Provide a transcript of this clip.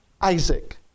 Isaac